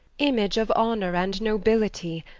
image of honour and nobility,